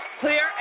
Clear